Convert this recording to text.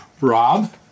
rob